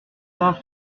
saint